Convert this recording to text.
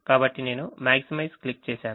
కాబట్టి నేను maximize click చేశాను